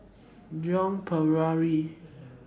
Joan Pereira